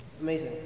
Amazing